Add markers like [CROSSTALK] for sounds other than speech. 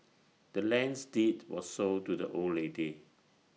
[NOISE] the land's deed was sold to the old lady